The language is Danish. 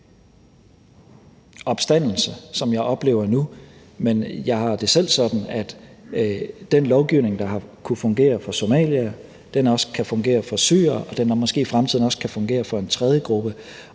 opstandelse, som jeg oplever nu. Men jeg har det selv sådan, at den lovgivning, der har kunnet fungere for somaliere, også kan fungere for syrere, og at den i fremtiden måske også kan fungere for en tredje gruppe.